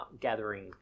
gathering